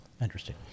Interesting